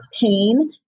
pain